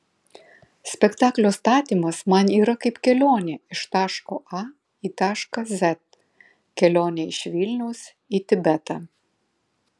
spektaklio statymas man yra kaip kelionė iš taško a į tašką z kelionė iš vilniaus į tibetą